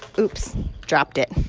oops dropped it.